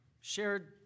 shared